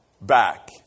back